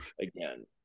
again